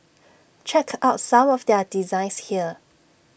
check out some of their designs here